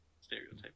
stereotype